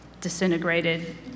disintegrated